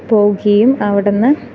പോകുകയും അവിടെ നിന്ന്